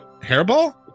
hairball